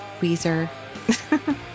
weezer